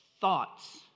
thoughts